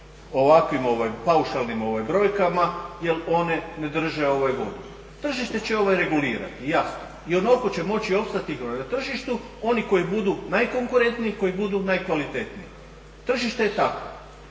ovakvim paušalnim brojkama jer one ne drže vodu. Tržište će ovo regulirati, jasno i onoliko će moći opstati na tržištu oni koji budu najkonkurentniji, koju budu najkvalitetniji. Tržište je takvo.